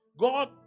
God